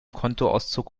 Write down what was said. kontoauszug